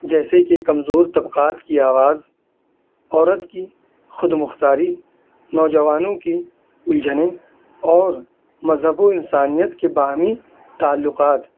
جیسے کہ کمزور طبقات کی آواز عورت کی خود مختاری نوجوانوں کی الجھنیں اور مذہب و انسانیت کے باہمی تعلقات